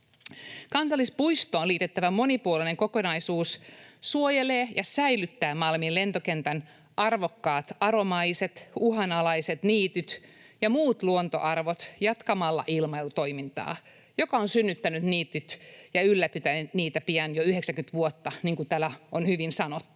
Kansallispuistoon liitettävä monipuolinen kokonaisuus suojelee ja säilyttää Malmin lentokentän arvokkaat aromaiset uhanalaiset niityt ja muut luontoarvot jatkamalla ilmailutoimintaa, joka on synnyttänyt niityt ja ylläpitänyt niitä pian jo 90 vuotta, niin kuin täällä on hyvin sanottu.